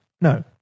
No